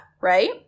right